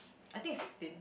I think it's sixteen